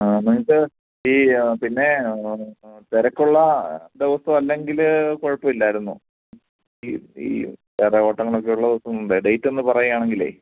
ആ നിങ്ങൾക്ക് ഈ പിന്നെ തിരക്കുള്ള ദിവസം അല്ലെങ്കിൽ കുഴപ്പം ഇല്ലായിരുന്നു ഈ ഈ വേറെ ഓട്ടങ്ങളൊക്കെ ഉള്ള ദിവസം മുമ്പേ ഡേറ്റൊന്ന് പറയുകയാണെങ്കിലേ